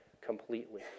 completely